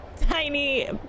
tiny